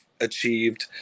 achieved